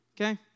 Okay